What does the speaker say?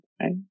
right